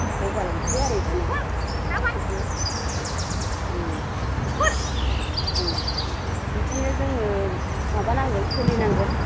जौगालांजोब्बाय आरो इदिनो गासिबो बिदिनो जोङो माबा नांगोन सोलिनांगोन